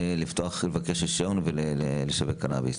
לבקש רישיון ולשווק קנביס?